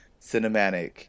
cinematic